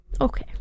okay